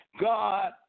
God